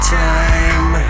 time